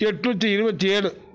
எட்நூற்றி இருபத்தி ஏழு